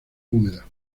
húmeda